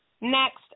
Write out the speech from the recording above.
Next